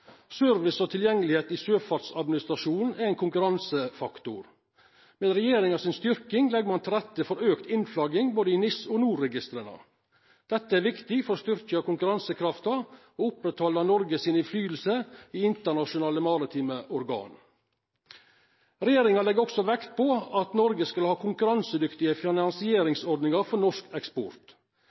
Service og tilgjenge i sjøfartsadministrasjonen er ein konkurransefaktor. Med regjeringa si styrking legg ein til rette for auka innflagging både i NIS og NOR. Dette er viktig for å styrkja konkurransekrafta og oppretthalda Noreg sin innverknad i internasjonale maritime organ. Regjeringa legg også vekt på at Noreg skal ha konkurransedyktige finansieringsordningar for norsk eksport.